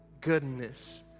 goodness